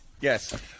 Yes